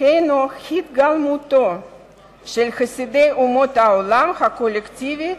הינו התגלמותו של חסיד אומות העולם הקולקטיבי,